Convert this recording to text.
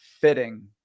fitting